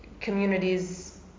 communities